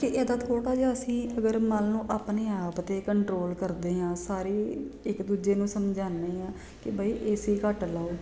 ਕਿ ਇਹਦਾ ਥੋੜ੍ਹਾ ਜਿਹਾ ਅਸੀਂ ਅਗਰ ਮਨ ਨੂੰ ਆਪਣੇ ਆਪ 'ਤੇ ਕੰਟਰੋਲ ਕਰਦੇ ਹਾਂ ਸਾਰੇ ਇੱਕ ਦੂਜੇ ਨੂੰ ਸਮਝਾਨੇ ਹਾਂ ਕਿ ਬਈ ਏਸੀ ਘੱਟ ਲਾਓ